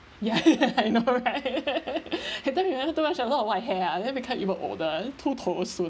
ya I know right at time you have too much a lot of white hair ah and then become even older du tuo soon